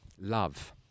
love